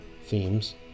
themes